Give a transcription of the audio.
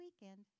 weekend